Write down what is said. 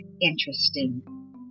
interesting